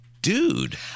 Dude